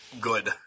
good